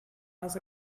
les